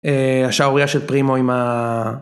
השערוריה של פרימו עם ה...